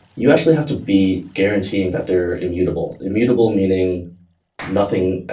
you actually have to be guaranteeing that they're immutable. immutable meaning nothing